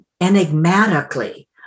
enigmatically